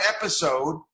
episode